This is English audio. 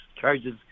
charges